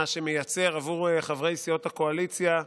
מה שמייצר עבור חברי סיעות הקואליציה,